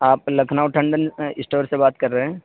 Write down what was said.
آپ لکھنؤ ٹنڈن اسٹور سے بات کر رہے ہیں